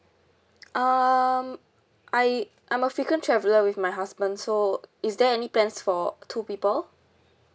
um I I'm a frequent traveller with my husband so is there any plans for two people